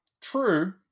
True